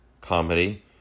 comedy